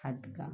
हातका